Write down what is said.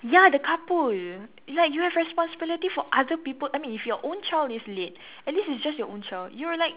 ya the couple will you like you have responsibility for other people I mean if your own child is late at least it's just your own child you're like